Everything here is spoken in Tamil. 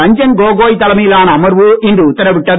ரஞ்சன் கோகோய் தலைமையிலான அமர்வு இன்று உத்தரவிட்டது